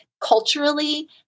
culturally